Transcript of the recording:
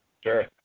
Sure